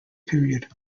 period